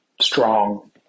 strong